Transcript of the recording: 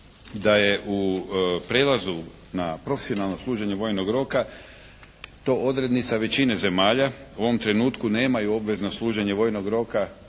da je u prijelazu na profesionalno služenje vojnog roka to odrednica većine zemalja. U ovom trenutku nemaju obvezno služenje vojnog roka.